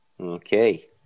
Okay